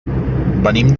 venim